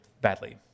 badly